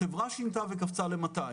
החברה שינתה וקפצה ל-200.